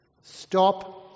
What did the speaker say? Stop